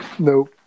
Nope